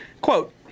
Quote